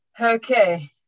Okay